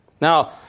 Now